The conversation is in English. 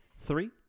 Three